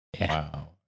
wow